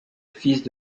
fils